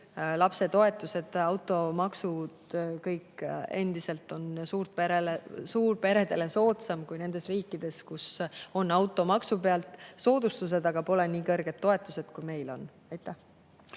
lapsetoetused, automaksud, kõik – suurperedele soodsam kui nendes riikides, kus on automaksu pealt soodustused, aga pole nii kõrged toetused, kui meil on. Muidugi